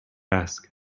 ask